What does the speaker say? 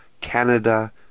Canada